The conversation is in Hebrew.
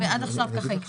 עד עכשיו הקשבתי.